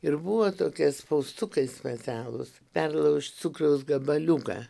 ir buvo tokie spaustukai specialūs perlaužt cukraus gabaliuką